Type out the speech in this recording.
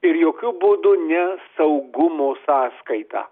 ir jokiu būdu ne saugumo sąskaita